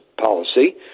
policy